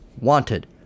Wanted